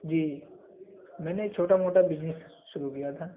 جی میں نے چھوٹا موٹا بجنس شروع کیا تھا